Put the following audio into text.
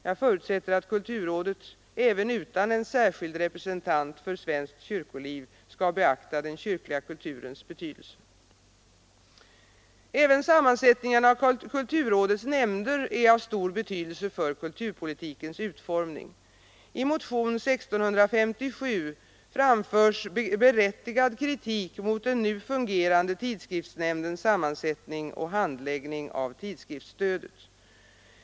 Jag förutsätter att kulturrådet även utan en särskild representant för svenskt kyrkoliv skall beakta den kyrkliga kulturens betydelse. Också sammansättningen av kulturrådets nämnder är av stor betydelse för kulturpolitikens utformning. I motionen 1657 framförs berättigad kritik mot den nu fungerande tidskriftsnämndens sammansättning och handläggning av tidskriftsstödet.